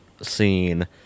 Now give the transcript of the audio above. scene